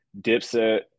dipset